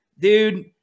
dude